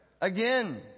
again